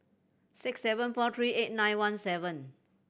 six seven four three eight nine one seven